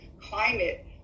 climate